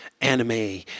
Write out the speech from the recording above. anime